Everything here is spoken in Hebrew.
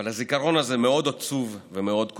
אבל הזיכרון הזה מאוד עצוב ומאוד כואב.